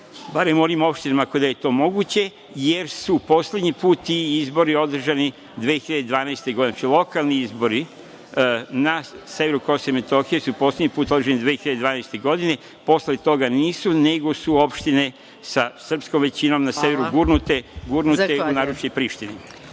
barem u onim opštinama gde je to moguće, jer su poslednji put ti izbori održani 2012. godine. Znači, lokalni izbori na severu Kosova i Metohije su poslednji put održani 2012. godine. Posle toga nisu, nego su opštine sa srpskom većinom na severu gurnute u naručje Prištini.